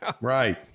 Right